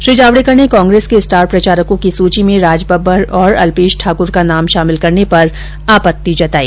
श्री जावडेकर ने कांग्रेस के स्टार प्रचारकों की सुची में राजबब्बर और अल्पेश ठाक्र का नाम शामिल करने पर आपत्ति जताई